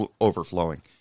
overflowing